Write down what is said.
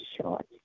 short